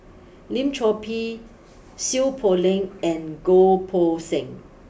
Lim Chor Pee Seow Poh Leng and Goh Poh Seng